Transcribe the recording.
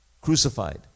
crucified